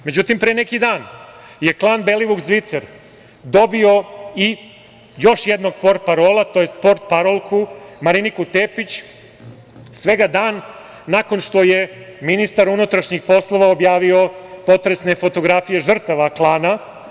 Međutim, pre neki dan je klan Belivuk Zvicer dobio i još jednog portparola tj. portparolku Mariniku Tepić, svega dan nakon što je ministar unutrašnjih poslova objavio potresne fotografije žrtava klana.